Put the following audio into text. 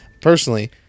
personally